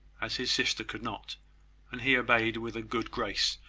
as his sister could not and he obeyed with a good grace,